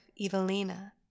Evelina